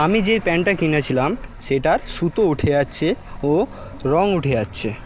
আমি যে প্যান্টটা কিনেছিলাম সেটার সুতো উঠে যাচ্ছে ও রঙ উঠে যাচ্ছে